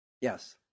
Yes